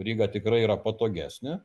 ryga tikrai yra patogesnė